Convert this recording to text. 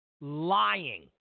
lying